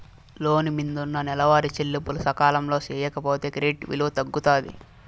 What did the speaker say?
లోను మిందున్న నెలవారీ చెల్లింపులు సకాలంలో సేయకపోతే క్రెడిట్ విలువ తగ్గుతాది